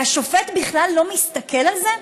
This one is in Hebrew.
והשופט בכלל לא מסתכל על זה,